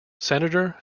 senator